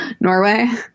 Norway